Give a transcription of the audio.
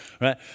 right